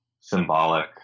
symbolic